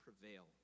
prevail